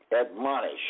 admonish